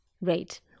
rate